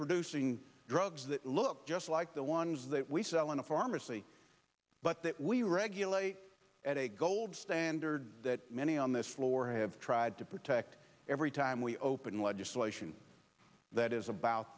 producing drugs that look just like the ones that we sell in a pharmacy but that we regulate at a gold's sander that many on this floor have tried to protect every time we open legislation that is about